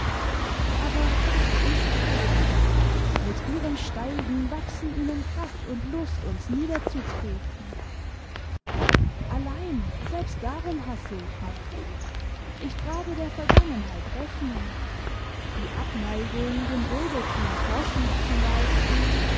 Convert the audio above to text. aber das ist's eben mit ihrem steigen wachsen ihnen kraft und lust uns niederzutreten allein selbst darum hasse ich nicht ich trage der vergangenheit rechnung die abneigung dem bürgertum vorschub zu leisten